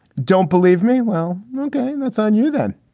don't believe me. well, that's on you then.